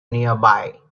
nearby